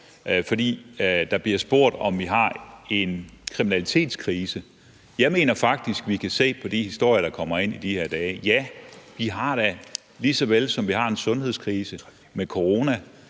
for der bliver spurgt, om vi har en kriminalitetskrise. Jeg mener faktisk, vi kan se på de historier, der kommer ind i de her dage, at ja, lige såvel som vi har en sundhedskrise med corona,